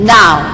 now